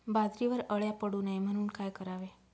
बाजरीवर अळ्या पडू नये म्हणून काय करावे?